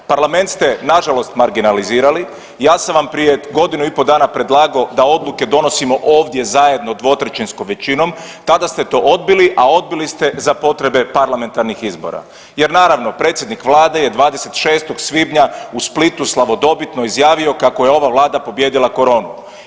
Parlament ste nažalost marginalizirali, ja sam vam prije godinu i pol dana predlagao da odluke donosimo ovdje zajedno dvotrećinskom većinom, tada ste to odbili, a odbili ste za potrebe parlamentarnih izbora jer naravno predsjednik Vlade je 26. svibnja u Splitu slavodobitno izjavio kako je ova Vlada pobijedila koronu.